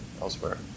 elsewhere